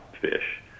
fish